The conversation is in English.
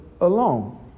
alone